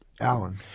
Alan